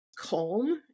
calm